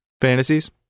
Fantasies